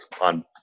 on